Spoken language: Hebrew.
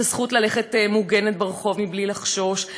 את הזכות ללכת מוגנת ברחוב מבלי לחשוש,